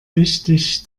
wichtig